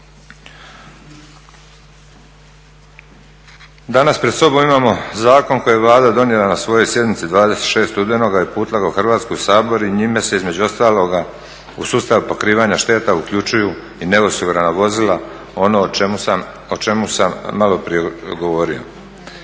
Danas pred sobom imamo zakon koji je Vlada donijela na svojoj sjednici 26. studenoga i uputila ga u Hrvatski sabor i njime se između ostaloga u sustav pokrivanja šteta uključuju i neosigurana vozila, ono o čemu sam maloprije govorio.